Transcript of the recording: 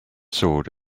sword